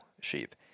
sheep